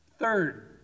Third